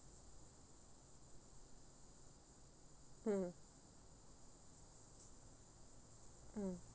mmhmm mm